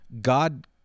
God